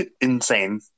insane